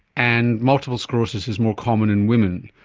and multiple sclerosis is more common in women.